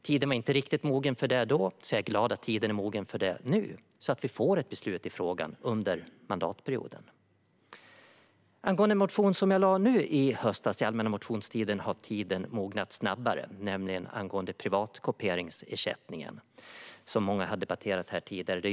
Tiden var inte riktigt mogen för det då, så jag är glad att den är det nu så att vi får ett beslut i frågan under mandatperioden. Angående den motion som jag lade fram under allmänna motionstiden i höstas har tiden mognat snabbare. Den gäller privatkopieringsersättningen, som många har debatterat här tidigare.